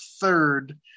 third